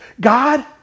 God